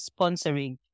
sponsoring